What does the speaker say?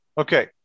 Okay